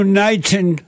Uniting